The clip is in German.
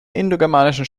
indogermanischen